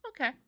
Okay